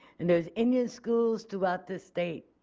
and those indian schools throughout the state.